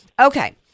Okay